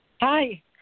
Hi